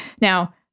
Now